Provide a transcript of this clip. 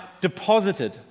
deposited